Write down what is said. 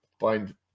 find